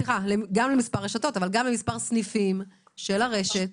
אבל גם לכמה סניפים של הרשת,